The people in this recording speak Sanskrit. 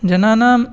जनानाम्